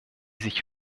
sich